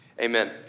Amen